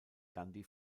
gandhi